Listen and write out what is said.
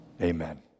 Amen